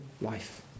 life